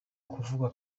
kuvugwa